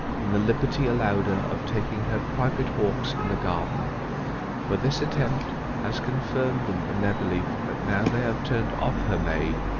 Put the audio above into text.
in the liberty allowed her of taking her private walks in the garden for this attempt has confirmed them in their belief, that now they have turned off her maid,